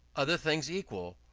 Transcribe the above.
other things equal,